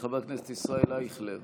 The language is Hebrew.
חבר הכנסת ישראל אייכלר,